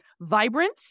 vibrant